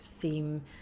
seem